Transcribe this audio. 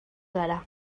gara